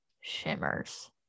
shimmers